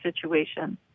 situation